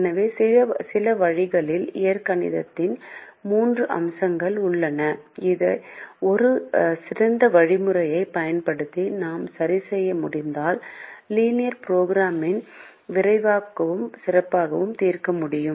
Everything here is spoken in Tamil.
எனவே சில வழிகளில் இயற்கணிதத்தின் மூன்று அம்சங்கள் உள்ளன ஒரு சிறந்த வழிமுறையைப் பயன்படுத்தி நாம் சரிசெய்ய முடிந்தால் லீனியர் ப்ரோக்ராம்மிங்கை நேரியல் நிரலாக்கத்தை விரைவாகவும் சிறப்பாகவும் தீர்க்க முடியும்